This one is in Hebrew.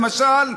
למשל,